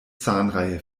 zahnreihe